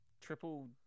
triple